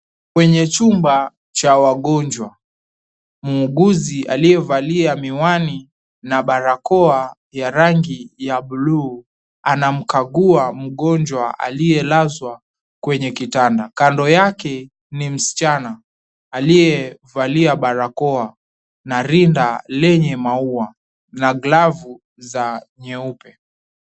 Kwenye chumba cha wagonjwa, muuguzi aliyevalia miwani na barakoa ya rangi ya bluu anamkagua mgonjwa aliyelazwa kwenye kitanda. Kando yake ni msichana aliyevalia barakoa na rinda lenye maua na glavu za nyeupe.